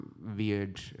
weird